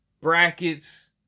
brackets